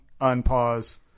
unpause